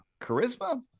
charisma